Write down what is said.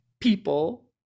people